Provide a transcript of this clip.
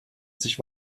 sich